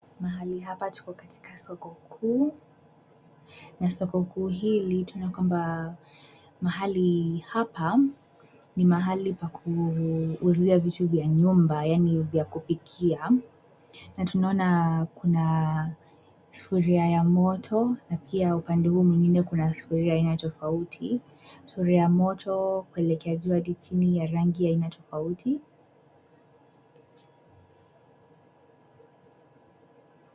Mahali hapa tuko katika soko kuu na soko kuu hili tunaona kwamba mahali hapa ni mahali pa kuuzia vitu vya nyumba, yaani vya kupikia na tunaona kuna sufuria ya moto na pia upande huu mwingine kuna sufuria aina tofauti. Sufuria ya moto kuelekea juu hadi chini ya rangi aina tofauti.